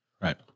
Right